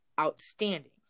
outstanding